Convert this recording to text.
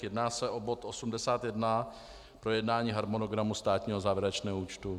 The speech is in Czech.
Jedná se o bod 81, projednání harmonogramu státního závěrečného účtu.